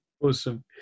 Awesome